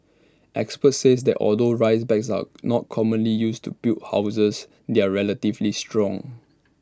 experts says that although rice bags are not commonly used to build houses they are relatively strong